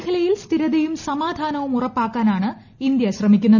മേഖലയിൽ സ്ഥിരതയും സമാധാനവും ഉറപ്പാക്കാനാണ് ഇന്ത്യ ശ്രമിക്കുന്നത്